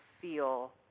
feel